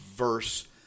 Verse